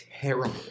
terrible